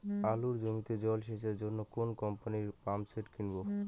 আলুর জমিতে জল সেচের জন্য কোন কোম্পানির পাম্পসেট কিনব?